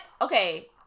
okay